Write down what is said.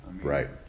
Right